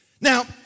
Now